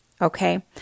Okay